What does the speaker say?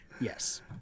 yes